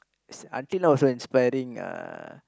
until now also inspiring uh